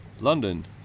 London